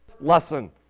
lesson